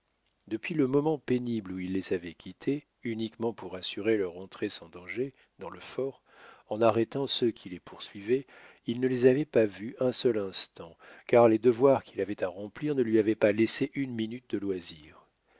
depuis le moment pénible où il les avait quittées uniquement pour assurer leur entrée sans danger dans le fort en arrêtant ceux qui les poursuivaient il ne les avait pas vues un seul instant car les devoirs qu'il avait à remplir ne lui avaient pas laissé une minute de loisir